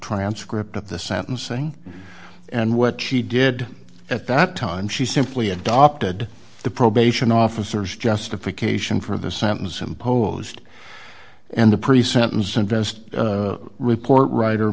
transcript at the sentencing and what she did at that time she simply adopted the probation officers justification for the sentence imposed and the pre sentence invest report writer